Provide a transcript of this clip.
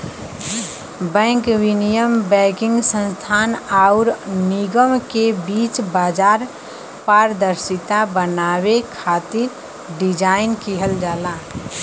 bank विनियम banking संस्थान आउर निगम के बीच बाजार पारदर्शिता बनावे खातिर डिज़ाइन किहल जाला